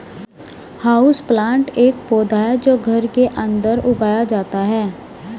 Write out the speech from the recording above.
houseplant एक पौधा है जो घर के अंदर उगाया जाता है